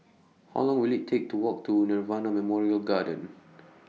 How Long Will IT Take to Walk to Nirvana Memorial Garden